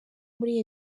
muri